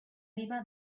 viva